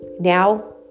now